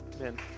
Amen